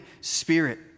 spirit